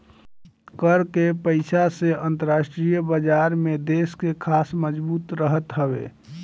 कर के पईसा से अंतरराष्ट्रीय बाजार में देस के साख मजबूत रहत हवे